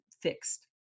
fixed